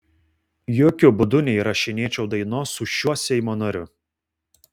jokiu būdu neįrašinėčiau dainos su šiuo seimo nariu